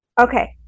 Okay